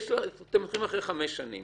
אתם מתחילים אחרי חמש שנים.